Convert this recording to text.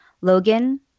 Logan